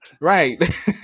Right